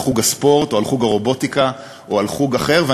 חוג הספורט או על חוג הרובוטיקה או על חוג אחר,